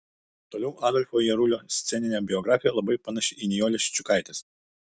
toliau adolfo jarulio sceninė biografija labai panaši į nijolės ščiukaitės